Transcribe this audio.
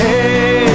Hey